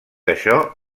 això